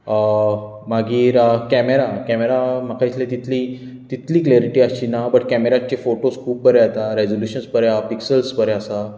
मागीर camera camera म्हाका दिसलें तितली तितली क्लेरिटी आसची ना बट कॅमराचेर फोटोस खूब बरे येतात रेसोल्युशन्स बरें आसा पिक्सल्स बरें आसा